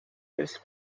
this